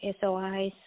SOIs